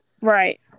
Right